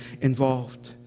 involved